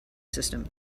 system